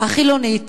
החילונית